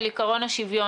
על עיקרון השוויון,